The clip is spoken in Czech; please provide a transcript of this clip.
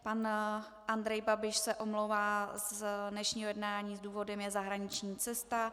Pan Andrej Babiš se omlouvá z dnešního jednání, důvodem je zahraniční cesta.